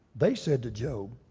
they said to job,